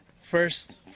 first